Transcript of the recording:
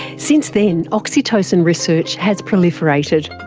since then, oxytocin research has proliferated.